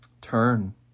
Turn